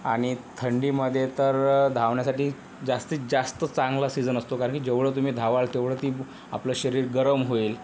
आणि थंडीमध्ये तर धावण्यासाठी जास्तीत जास्त चांगला सीझन असतो कारण की जेवढं तुम्ही धावाल तेवढं ती आपलं शरीर गरम होईल